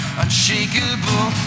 unshakable